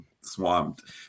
swamped